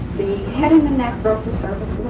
the head and neck broke the surface